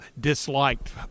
disliked